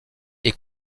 est